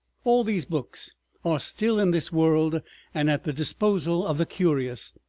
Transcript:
all these books are still in this world and at the disposal of the curious,